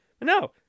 No